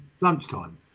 lunchtime